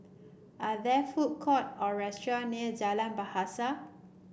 are there food court or restaurant near Jalan Bahasa